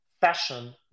Fashion